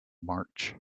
march